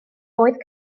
oedd